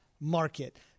market